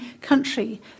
country